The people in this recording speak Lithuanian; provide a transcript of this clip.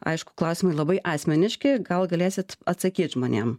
aišku klausimai labai asmeniški gal galėsit atsakyt žmonėm